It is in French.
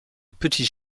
petits